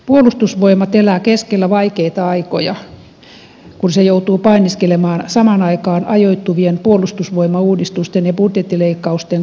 puolustusvoimat elää keskellä vaikeita aikoja kun se joutuu painiskelemaan samaan aikaan ajoittuvien puolustusvoimauudistusten ja budjettileikkausten kanssa